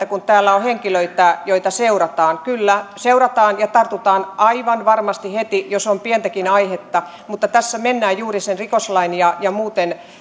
kun täällä on henkilöitä joita seurataan kyllä seurataan ja tartutaan aivan varmasti heti jos on pientäkin aihetta mutta tässä mennään juuri sen rikoslain ja ja muuten